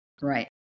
Right